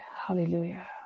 Hallelujah